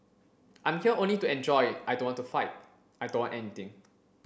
I'm here only to enjoy I don't want to fight I don't want anything